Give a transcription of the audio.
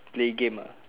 play game ah